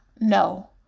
No